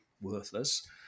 worthless